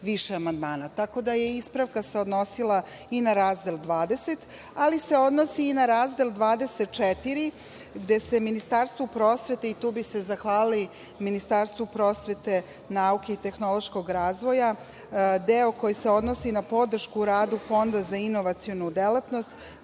više amandmana. Tako da se ispravka odnosila i na razdel 20, ali se odnosi i na razdel 24, gde se Ministarstvu prosvete, i tu bi se zahvalili Ministarstvu prosvete, nauke i tehnološkog razvoja, deo koji se odnosi na podršku radu Fonda za inovacionu delatnost